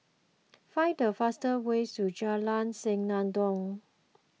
find the fastest ways to Jalan Senandong